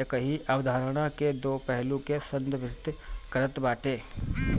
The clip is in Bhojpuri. एकही अवधारणा के दो पहलू के संदर्भित करत बाटे